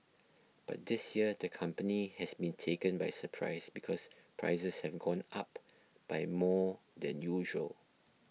but this year the company has been taken by surprise because prices have gone up by more than usual